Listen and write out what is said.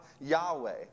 Yahweh